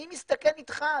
אני מסתכן איתך,